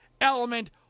element